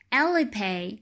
,alipay